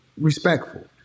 respectful